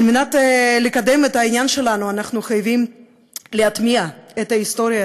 על מנת לקדם את העניין שלנו אנחנו חייבים להטמיע את ההיסטוריה,